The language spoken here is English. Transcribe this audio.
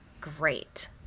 great